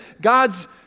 God's